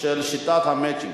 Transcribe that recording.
שיטת ה"מצ'ינג".